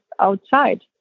outside